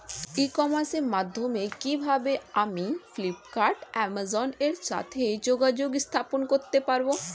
ই কমার্সের মাধ্যমে কিভাবে আমি ফ্লিপকার্ট অ্যামাজন এর সাথে যোগাযোগ স্থাপন করতে পারব?